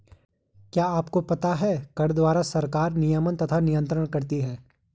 क्या आपको पता है कर द्वारा सरकार नियमन तथा नियन्त्रण करती है?